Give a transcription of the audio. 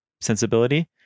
sensibility